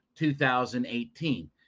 2018